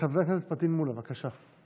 חבר הכנסת פטין מולא, בבקשה.